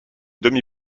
demi